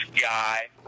guy